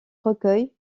recueil